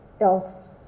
else